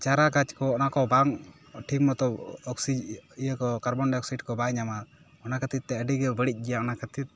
ᱪᱟᱨᱟ ᱜᱟᱪᱷ ᱠᱚ ᱚᱱᱟ ᱠᱚ ᱵᱟᱝ ᱴᱷᱤᱠ ᱢᱚᱛᱚ ᱚᱠᱥᱤᱡᱮ ᱠᱟᱨᱵᱚᱱᱰᱟᱭ ᱚᱠᱥᱟᱭᱤᱰ ᱠᱚ ᱵᱟᱭ ᱧᱟᱢᱟ ᱚᱱᱟ ᱠᱷᱟ ᱛᱤᱨ ᱛᱮ ᱟ ᱰᱤ ᱜᱮ ᱵᱟ ᱲᱤᱡ ᱜᱮᱭᱟ ᱚᱱᱟ ᱠᱷᱟ ᱛᱤᱨ